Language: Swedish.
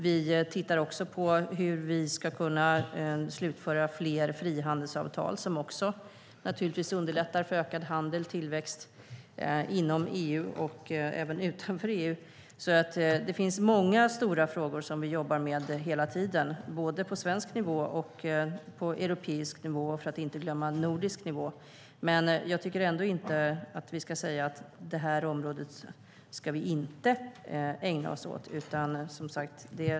Vi tittar också på hur vi ska kunna slutföra fler frihandelsavtal, som naturligtvis också underlättar för ökad handel och tillväxt inom EU - och även utanför EU. Det finns många stora frågor som vi jobbar med hela tiden, både på svensk nivå och på europeisk nivå - för att inte glömma nordisk nivå. Jag tycker ändå inte att vi ska säga att vi inte ska ägna oss åt detta område.